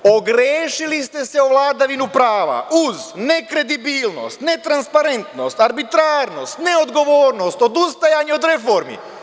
Ogrešili ste se o vladavinu prava, uz nekredibilnost, netransparentnsot, arbitrarnost, neodgovornost, odustajanje od reformi.